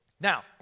Now